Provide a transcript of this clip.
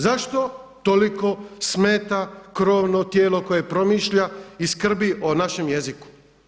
Zašto toliko smeta krovno tijelo koje promišlja i skrbi o našem jeziku?